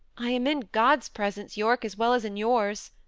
i am in god's presence, yorke, as well as in yours,